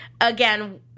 again